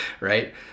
right